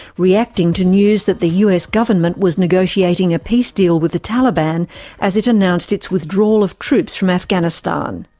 reacting to news that the us government was negotiating a peace deal with the taliban as it announced its withdrawal of troops from afghanistan.